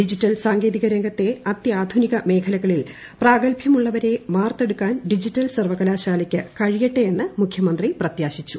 digital സാങ്കേതിക രംഗത്തെ അത്യാധുനിക മേഖലകളിൽ പ്രാഗൽഭ്യമുള്ളവരെ വാർത്തെടുക്കാൻ ഡിജിറ്റൽ സർവകലാശാലയ്ക്ക് കഴിയട്ടെയെന്ന് മുഖ്യമന്ത്രി പ്രത്യാശിച്ചു